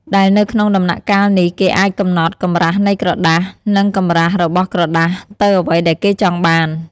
ដែលនៅក្នុងដំណាក់កាលនេះគេអាចកំណត់កម្រាសនៃក្រដាស និងកម្រាស់របស់ក្រដាសទៅអ្វីដែលគេចង់បាន។